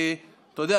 אתה יודע,